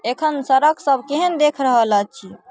एखन सड़क सब केहन देखि रहल अछि